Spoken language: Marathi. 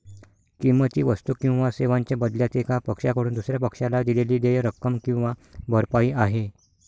किंमत ही वस्तू किंवा सेवांच्या बदल्यात एका पक्षाकडून दुसर्या पक्षाला दिलेली देय रक्कम किंवा भरपाई आहे